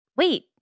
Wait